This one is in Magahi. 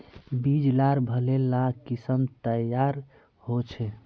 बीज लार भले ला किसम तैयार होछे